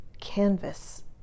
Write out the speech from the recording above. canvas